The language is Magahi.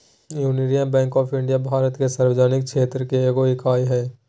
यूनियन बैंक ऑफ इंडिया भारत के सार्वजनिक क्षेत्र के एगो इकाई हइ